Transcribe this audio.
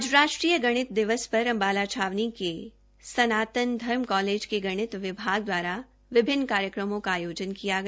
आज राष्ट्रीय गणित दिवस र अम्बाला छावनी के सनातन धर्म कालेज के गणित विभाग द्वारा विभिन्न कार्यक्रमों का आयोजन किया गया